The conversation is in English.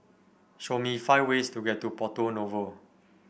show me five ways to get to Porto Novo